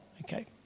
okay